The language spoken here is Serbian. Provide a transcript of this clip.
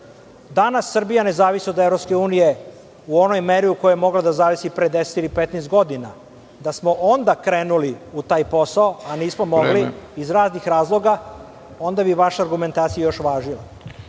cilja. Danas Srbija ne zavisi od EU u onoj meri u kojoj je mogla da zavisi pre 10 ili 15 godina, da smo onda krenuli u taj posao, a nismo mogli iz raznih razloga. Onda bi vaša argumentacija još